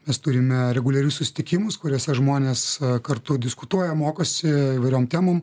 mes turime reguliarius susitikimus kuriuose žmonės kartu diskutuoja mokosi įvairiom temom